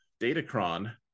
Datacron